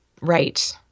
Right